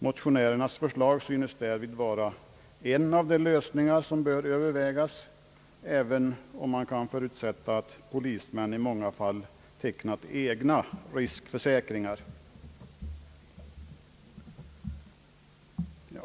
Motionärernas förslag synes därvid vara en av de lösningar som bör övervägas, även om man kan förutsätta att polismän i många fall tecknat egna riskförsäkringar.